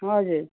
हजुर